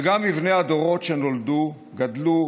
וגם בבני הדורות שנולדו, גדלו